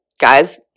guys